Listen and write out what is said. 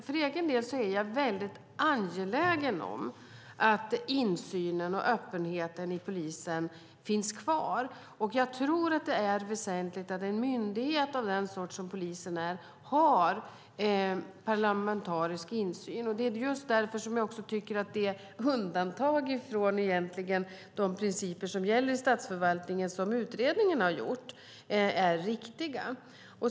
För egen del är jag angelägen om att insynen och öppenheten i polisen finns kvar. Jag tror att det är väsentligt att en myndighet av den sort som polisen är har parlamentarisk insyn. Därför tycker jag att de undantag från de principer som gäller i statsförvaltningen som utredningen har gjort är riktiga.